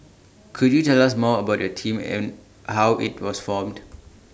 could you tell us more about your team and how IT was formed